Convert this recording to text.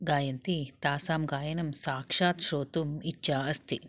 गायन्ति तासां गायनं साक्षात् श्रोतुम् इच्छा अस्ति